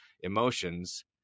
emotions